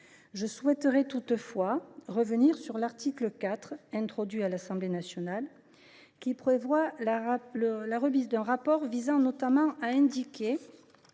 Je souhaite toutefois revenir sur l’article 4 introduit à l’Assemblée nationale, qui prévoit la remise d’un rapport visant notamment à indiquer